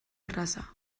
erraza